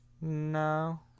No